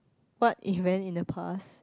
what it meant in the past